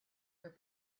your